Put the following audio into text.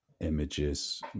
images